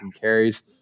carries